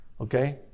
Okay